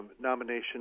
nomination